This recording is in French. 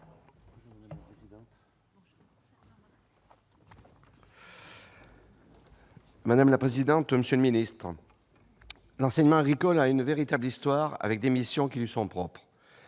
Madame la présidente, monsieur le ministre, mes chers collègues, l'enseignement agricole a une véritable histoire, avec des missions qui lui sont propres.